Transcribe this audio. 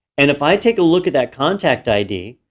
and if i take a look at that contact id,